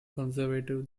conservative